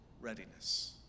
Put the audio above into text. readiness